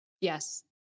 Yes